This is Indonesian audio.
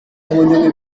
mengunjungi